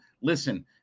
listen